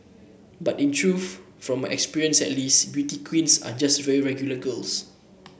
but in truth from experience at least beauty queens are just very regular girls